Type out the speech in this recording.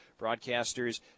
broadcasters